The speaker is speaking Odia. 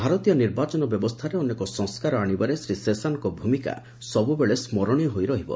ଭାରତୀୟ ନିର୍ବାଚନ ବ୍ୟବସ୍ତାରେ ଅନେକ ସଂସ୍କାର ଆଣିବାରେ ଶ୍ରୀ ଶେଶାନ୍ଙ୍ଙ ଭୂମିକା ସବୁବେଳେ ସ୍କରଶୀୟ ହୋଇ ରହିବ